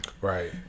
Right